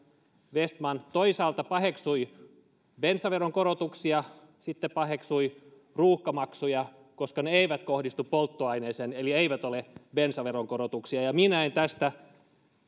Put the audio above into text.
vestman toisaalta paheksui bensaveron korotuksia ja sitten paheksui ruuhkamaksuja koska ne eivät kohdistu polttoaineeseen eli eivät ole bensaveron korotuksia ja minä en tästä